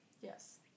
yes